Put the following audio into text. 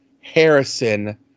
Harrison